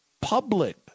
public